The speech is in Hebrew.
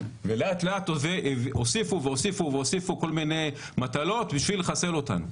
ולאט לאט הוסיפו והוסיפו כל מיני מטלות בשביל לחסל אותנו.